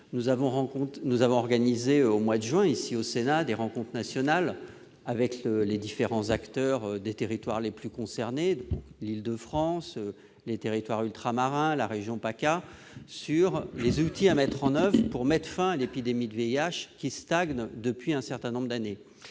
Nous avons organisé, ici, au Sénat, au mois de juin, des rencontres nationales avec les différents acteurs des territoires les plus concernés, l'Île-de-France, les territoires ultramarins, la région PACA, sur les outils à mettre en oeuvre pour mettre fin à l'épidémie de VIH, qui stagne depuis un certain nombre d'années.